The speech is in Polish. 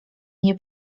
nie